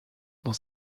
dans